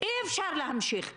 אי-אפשר להמשיך ככה.